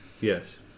Yes